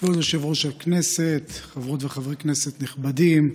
כבוד יושב-ראש הכנסת, חברות וחברי כנסת נכבדים,